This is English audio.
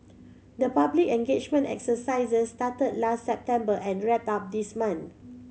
the public engagement exercises started last September and wrapped up this month